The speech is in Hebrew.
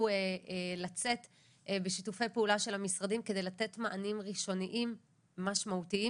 לצאת בשיתופי פעולה של המשרדים כדי לתת מענים ראשוניים משמעותיים.